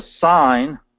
sign